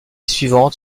suivante